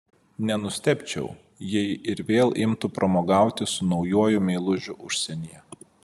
nenustebčiau jei ir vėl imtų pramogauti su naujuoju meilužiu užsienyje